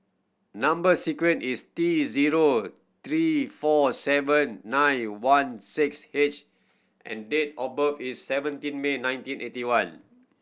number sequence is T zero three four seven nine one six H and date of birth is seventeen May nineteen eighty one